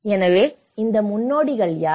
எனவே இந்த முன்னோடிகள் யார்